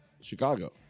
Chicago